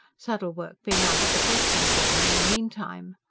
saddle-work being out of the question for him in the meantime.